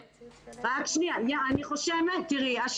רק שנייה אחת, ברשותך, תני לי לסיים.